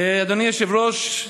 אדוני היושב-ראש,